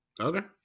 okay